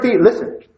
listen